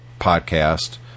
podcast